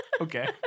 okay